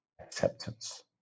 acceptance